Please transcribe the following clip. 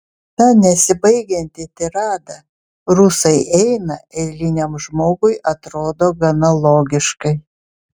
ta nesibaigianti tirada rusai eina eiliniam žmogui atrodo gana logiškai